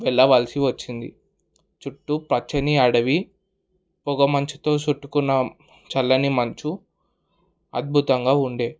వెళ్ళవలసి వచ్చింది చుట్టూ పచ్చని అడవి పొగ మంచుతో చుట్టుకున్న చల్లని మంచు అద్భుతంగా ఉండే